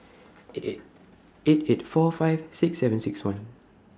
eight eight four five six seven six one